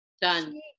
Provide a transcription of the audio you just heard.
done